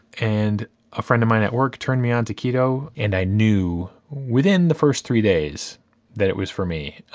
and a friend of mine at work turned me on to keto, and i knew within the first three days that it was for me.